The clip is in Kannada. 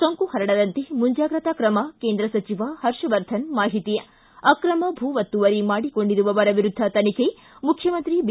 ಸೋಂಕು ಹರಡದಂತೆ ಮುಂಜಾಗ್ರತಾ ಕ್ರಮ ಕೇಂದ್ರ ಸಚಿವ ಹರ್ಷವರ್ಧನ ಮಾಹಿತಿ ಿ ಅಕ್ರಮ ಭೂ ಒತ್ತುವರಿ ಮಾಡಿಕೊಂಡಿರುವವರ ವಿರುದ್ಧ ತನಿಖೆ ಮುಖ್ಯಮಂತ್ರಿ ಬಿ